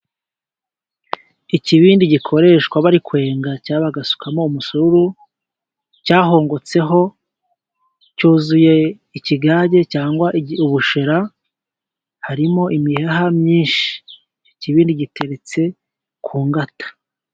Ikibindi gikoreshwa bari kwenga cyangwa bagasukamo umusururu, cyahongotseho, cyuzuye ikigage cyangwa ubushera, harimo imiheha myinshi. Ikibindi giteretse ku ngata.